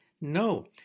No